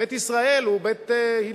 בית ישראל הוא בית הלל,